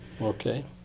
Okay